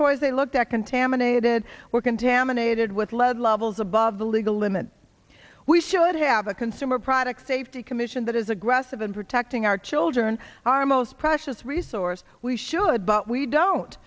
toys they looked at contaminated were contaminated with lead levels above the legal limit we should have a consumer product safety commission that is aggressive in protecting our children our most russias resource we should but we don't